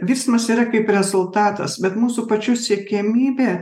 virsmas yra kaip rezultatas bet mūsų pačių siekiamybė